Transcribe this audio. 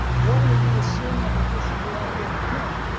what will be the sin of the christian world at the end of time?